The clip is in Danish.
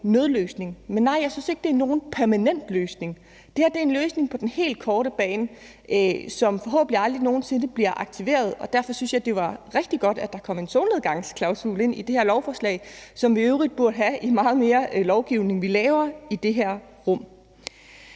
nødløsning. Men nej, jeg synes ikke, det skal være en permanent løsning. Det her er en løsning på den helt korte bane, som forhåbentlig aldrig nogen sinde bliver aktiveret, og derfor synes jeg, det var rigtig godt, at der kom en solnedgangsklausul ind i det her lovforslag, hvilket vi i øvrigt burde have i meget mere af den lovgivning, vi laver her i